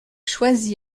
choisi